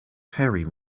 harry